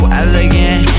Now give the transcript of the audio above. elegant